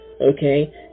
okay